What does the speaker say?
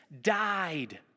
died